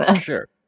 sure